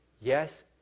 Yes